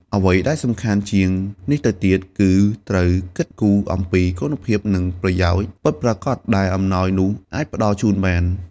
អ្វីដែលសំខាន់ជាងនេះទៅទៀត គឺត្រូវគិតគូរអំពី គុណភាព និង ប្រយោជន៍ ពិតប្រាកដដែលអំណោយនោះអាចផ្ដល់ជូនបាន។